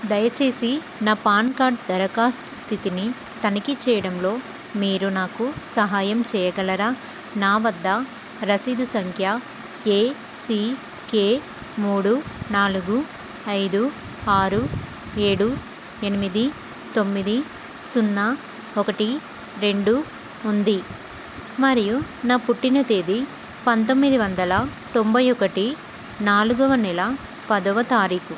దయచేసి నా PAN card దరఖాస్తు స్థితిని తనిఖీ చేయడంలో మీరు నాకు సహాయం చేయగలరా నా వద్ద రసీదు సంఖ్య ఏసికె మూడు నాలుగు ఐదు ఆరు ఏడు ఎనిమిది తొమ్మిది సున్నా ఒకటి రెండు ఉంది మరియు నా పుట్టిన తేదీ పంతొమ్మిది వందల తొంభై ఒకటి నాలుగవ నెల పదవ తారీకు